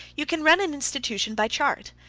you can run an institution by chart.